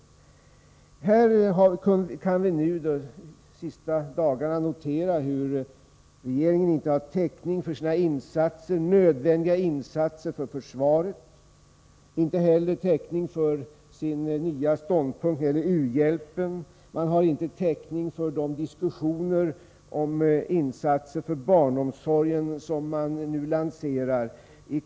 De sista dagarna har vi nu kunnat notera hur regeringen inte har täckning för sina nödvändiga insatser för försvaret och inte heller täckning för sin nya ståndpunkt beträffande u-hjälpen. Och man har inte heller täckning för de diskussioner om insatser för barnomsorgen som man nu lanserar.